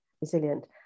resilient